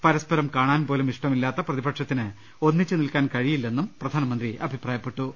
പരസ്പരം കാണാൻപോലും ഇഷ്ടമില്ലാത്ത പ്രതിപക്ഷത്തിന് ഒന്നി ച്ചുനിൽക്കാൻ കഴിയില്ലെന്നും അദ്ദേഹം അഭിപ്രായപ്പെട്ടു